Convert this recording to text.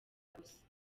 gusa